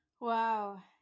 Wow